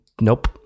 Nope